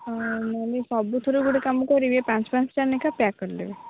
ହଁ ନହେଲେ ସବୁଥିରୁ ଗୋଟେ କାମ କରିବି ପାଞ୍ଚ ପାଞ୍ଚଟା ଲେଖାଁ ପ୍ୟାକ୍ କରିଦେବେ